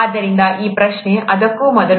ಆದ್ದರಿಂದ ಈ ಪ್ರಶ್ನೆ ಅದಕ್ಕೂ ಮೊದಲು